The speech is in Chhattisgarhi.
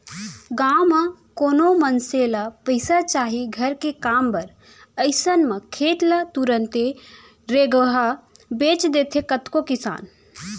गाँव म कोनो मनसे ल पइसा चाही घर के काम बर अइसन म खेत ल तुरते रेगहा बेंच देथे कतको किसान